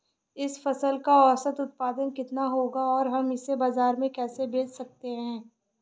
इस फसल का औसत उत्पादन कितना होगा और हम इसे बाजार में कैसे बेच सकते हैं?